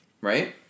Right